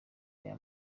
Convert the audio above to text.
aya